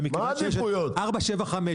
ומכיוון שיש עוד כבישים 475,